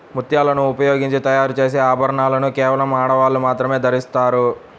ముత్యాలను ఉపయోగించి తయారు చేసే ఆభరణాలను కేవలం ఆడవాళ్ళు మాత్రమే ధరిస్తారు